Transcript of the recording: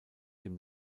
dem